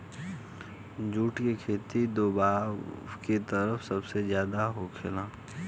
जुट के खेती दोवाब के तरफ में सबसे ज्यादे होखेला